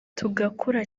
tugakura